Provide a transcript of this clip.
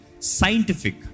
Scientific